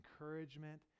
encouragement